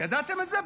ידעתם את זה?